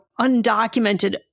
undocumented